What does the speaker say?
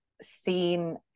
seen